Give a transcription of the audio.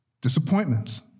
disappointments